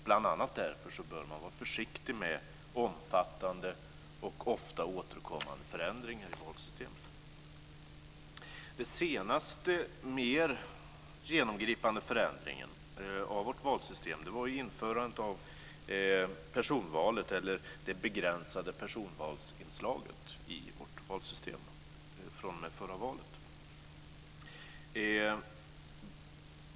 Bl.a. därför bör man vara försiktig med omfattande och ofta återkommande förändringar i valsystemet. Den senaste mer genomgripande förändringen av valsystemet var införandet av det begränsade personvalsinslaget vid förra valet.